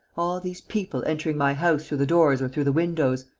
all these people entering my house through the doors or through the windows.